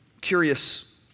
curious